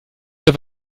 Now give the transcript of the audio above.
oder